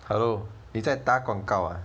hello 你在打广告 ah